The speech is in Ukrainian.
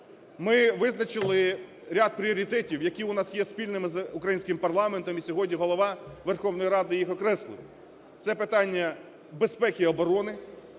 Ми визначили ряд пріоритетів, які у нас є спільними з українським парламентом, і сьогодні Голова Верховної Ради їх окреслив. Це питання безпеки і оборони,